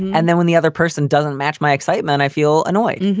and then when the other person doesn't match my excitement, i feel annoyed.